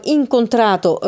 incontrato